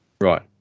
Right